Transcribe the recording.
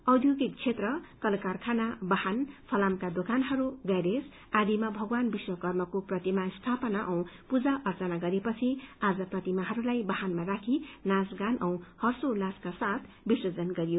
औयोगिक क्षेत्र कल कारखाना वाहन फलामका दोकानहरू ग्यारेज आदिमा भगवान विश्वकर्माको प्रतिमा स्थापना औ पूजा अर्चना गरे पछि आज प्रतिमाहरूलाई वाहनमा राखी नाचगान औ हर्षोल्लास सहित विजर्सन गरियो